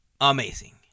amazing